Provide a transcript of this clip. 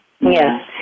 Yes